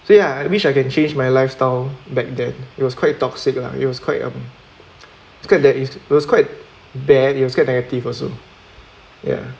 same lah I wish I can change my lifestyle back then it was quite toxic lah it was quite um scare there is it was quite dare it was quite reactive also ya